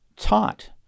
taught